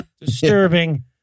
Disturbing